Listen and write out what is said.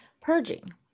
purging